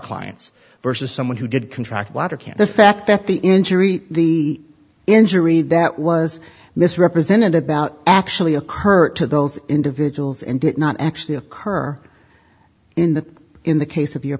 clients versus someone who did contract water can the fact that the injury the injury that was mis represented about actually occurred to those individuals and did not actually a cur in the in the case of your